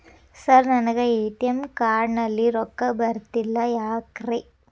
Sir ನನಗೆ ATM card ನಲ್ಲಿ ರೊಕ್ಕ ಬರತಿಲ್ಲ ಯಾಕ್ರೇ?